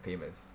famous